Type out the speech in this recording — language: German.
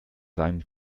sein